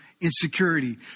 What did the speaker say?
insecurity